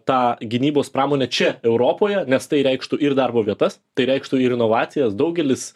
tą gynybos pramonę čia europoje nes tai reikštų ir darbo vietas tai reikštų ir inovacijas daugelis